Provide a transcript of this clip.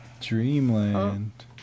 Dreamland